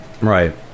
Right